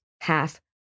half